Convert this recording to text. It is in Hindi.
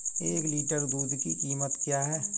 एक लीटर दूध की कीमत क्या है?